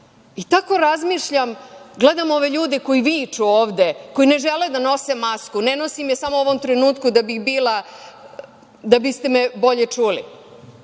dobro. Tako razmišljam, gledam ove ljude koji viču ovde, koji ne žele da nose masku. Ne nosim je samo u ovom trenutku, da biste me bolje čuli.